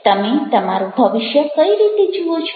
તમે તમારું ભવિષ્ય કઈ રીતે જુઓ છો